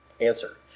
answer